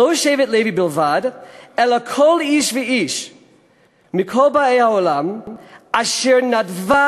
"לא שבט לוי בלבד אלא כל איש ואיש מכל באי העולם אשר נדבה